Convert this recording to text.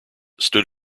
stood